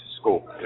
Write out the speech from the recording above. school